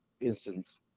instance